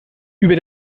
über